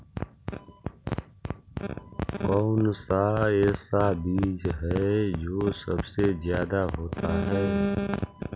कौन सा ऐसा बीज है जो सबसे ज्यादा होता है?